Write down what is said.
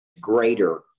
greater